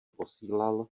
posílal